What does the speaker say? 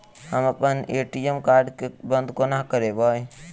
हम अप्पन ATM card केँ बंद कोना करेबै?